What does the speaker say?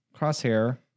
crosshair